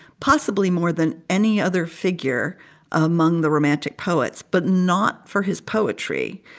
possibly more than any other figure among the romantic poets, but not for his poetry,